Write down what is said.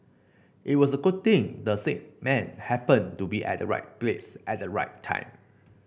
it was a good thing the sick man happened to be at the right place at the right time